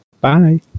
Bye